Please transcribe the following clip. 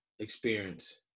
experience